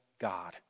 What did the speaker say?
God